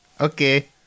okay